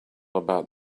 about